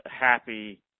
happy